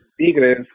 Tigres